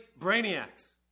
brainiacs